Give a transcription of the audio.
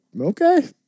Okay